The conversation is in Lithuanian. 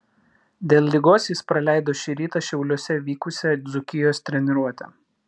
dėl ligos jis praleido šį rytą šiauliuose vykusią dzūkijos treniruotę